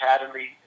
Academy